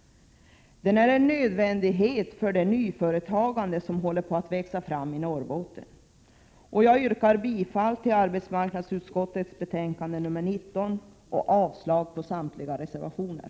Den är en nödvändighet för det nyföretagande som håller på att växa fram i Norrbotten. Jag yrkar bifall till hemställan i arbetsmarknadsutskottets betänkande nr 19 och avslag på samtliga reservationer.